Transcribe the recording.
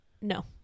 No